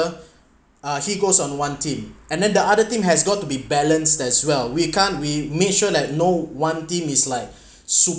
uh he goes on one team and then the other team has got to be balanced as well we can't we make sure that no one team is like